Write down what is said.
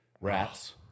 Rats